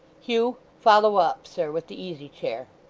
hugh! follow up, sir, with the easy-chair